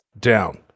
down